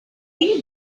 you